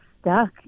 stuck